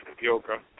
yoga